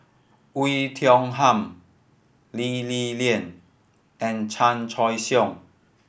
Oei Tiong Ham Lee Li Lian and Chan Choy Siong